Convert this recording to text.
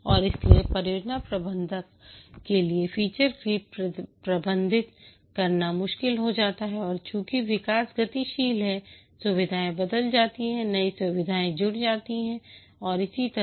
और इसलिए परियोजना प्रबंधक के लिए फीचर क्रीप प्रबंधित करना मुश्किल हो जाता है और चूंकि विकास गतिशील है सुविधाएँ बदल जाती हैं नई सुविधाएँ जुड़ जाती हैं और इसी तरह